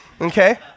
okay